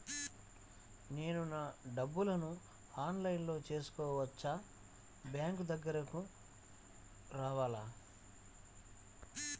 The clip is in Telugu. నేను నా డబ్బులను ఆన్లైన్లో చేసుకోవచ్చా? బ్యాంక్ దగ్గరకు రావాలా?